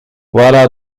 voilà